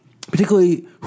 Particularly